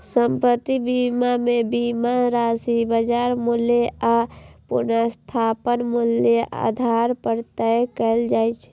संपत्ति बीमा मे बीमा राशि बाजार मूल्य आ पुनर्स्थापन मूल्यक आधार पर तय कैल जाइ छै